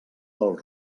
del